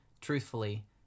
truthfully